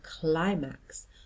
climax